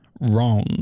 wrong